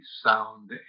sound